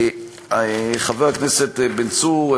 חבר הכנסת בן צור,